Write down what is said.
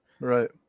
Right